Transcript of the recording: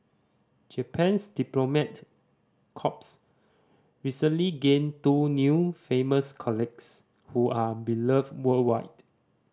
Japan's diplomat corps recently gained two new famous colleagues who are beloved worldwide